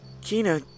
Kina